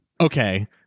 okay